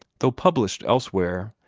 though published elsewhere,